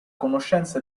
conoscenza